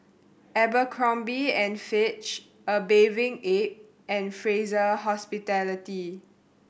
Abercrombie and Fitch A Bathing Ape and Fraser Hospitality